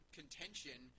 contention